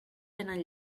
tenen